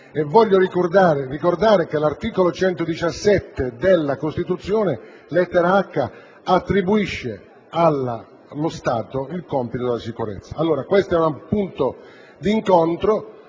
Voglio ricordare infatti che l'articolo 117 della Costituzione, lettera *h)*, attribuisce allo Stato il compito della sicurezza. Apprezzo che questo sia un punto di incontro